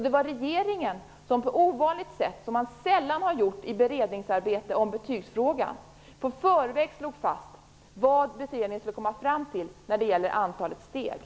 Det var regeringen som på ovanligt sätt, som man sällan gjort i beredningsarbete om betygsfrågan, på förhand slog fast det antal betygssteg som beredningen skulle komma fram till.